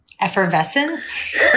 Effervescence